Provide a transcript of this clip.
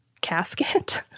casket